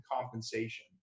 compensation